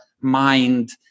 mind